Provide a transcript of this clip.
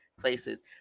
places